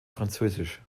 französisch